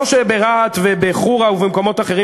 לא שברהט ובחורה ובמקומות אחרים,